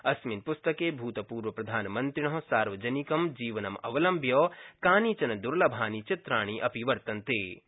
अस्मिन् पुस्तके भूतपूर्वप्रधानमन्त्रिण सार्वजनिकं जीवनमवलम्व्य कानिचन दूर्लभानि चित्राणि अपि वर्तन्ते